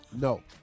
No